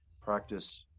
practice